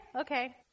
okay